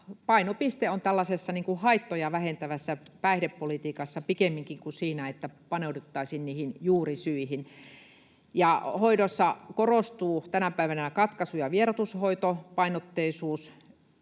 painopiste on tällaisessa haittoja vähentävässä päihdepolitiikassa pikemminkin kuin siinä, että paneuduttaisiin juurisyihin. Hoidossa korostuu tänä päivänä katkaisu- ja vieroitushoitopainotteisuus